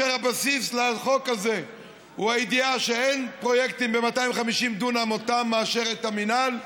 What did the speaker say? הבסיס לחוק הזה הוא הידיעה שאין פרויקטים ב-250 דונם שאותם מאשר המינהל.